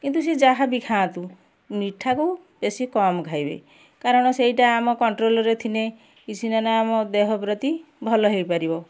କିନ୍ତୁ ସେ ଯାହା ବି ଖାଆନ୍ତୁ ମିଠାକୁ ବେଶୀ କମ୍ ଖାଇବେ କାରଣ ସେଇଟା ଆମ କନଟ୍ରୋଲରେ ଥିନେ କିଛି ନ ହେନେ ଆମ ଦେହ ପ୍ରତି ଭଲ ହେଇପାରିବ